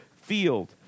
field